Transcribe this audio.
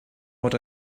what